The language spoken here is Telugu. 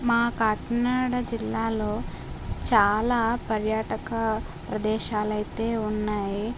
మా కాకినాడ జిల్లాలో చాలా పర్యాటక ప్రదేశాలైతే ఉన్నాయి